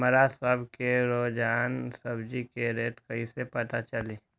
हमरा सब के रोजान सब्जी के रेट कईसे पता चली?